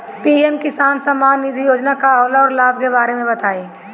PM Kisan Samman Nidhi Yojana का होला औरो लाभ के बारे में बताई?